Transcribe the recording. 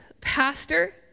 pastor